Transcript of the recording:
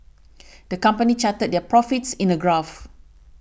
the company charted their profits in a graph